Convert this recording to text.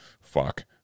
fuck